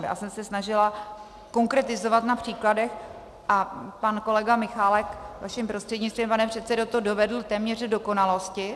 Já jsem se snažila konkretizovat na příkladech, a pan kolega Michálek, vaším prostřednictvím, pane předsedo, to dovedl téměř k dokonalosti.